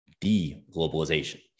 de-globalization